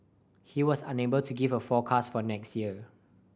he was unable to give a forecast for next year